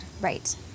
Right